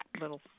little